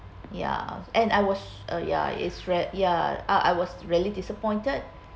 ya and I was uh ya is ya I was really disappointed